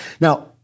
Now